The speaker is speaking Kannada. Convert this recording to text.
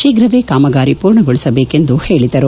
ತೀಪ್ರವೇ ಕಾಮಗಾರಿ ಪೂರ್ಣಗೊಳಿಸಬೇಕು ಎಂದು ಹೇಳಿದರು